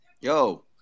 Yo